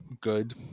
good